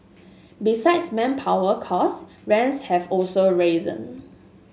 besides manpower costs rents have also risen